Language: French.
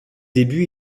débuts